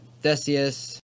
theseus